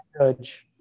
judge